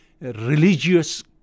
religious